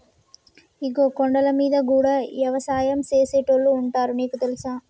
ఇగో కొండలమీద గూడా యవసాయం సేసేటోళ్లు ఉంటారు నీకు తెలుసా